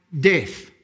death